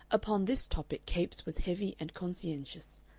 upon this topic capes was heavy and conscientious,